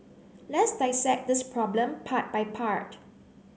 let's dissect this problem part by part